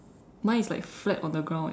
mine is like flat on the ground eh